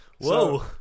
Whoa